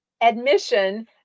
admission